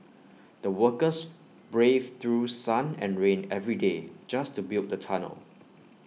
the workers braved through sun and rain every day just to build the tunnel